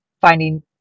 finding